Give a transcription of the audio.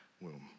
womb